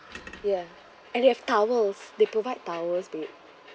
ya and they have towels they provide towels babe